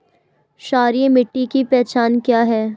क्षारीय मिट्टी की पहचान क्या है?